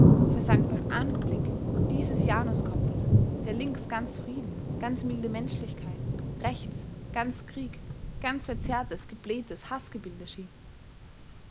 versank beim anblick dieses januskopfes der links ganz frieden ganz milde menschlichkeit rechts ganz krieg ganz verzerrtes geblähtes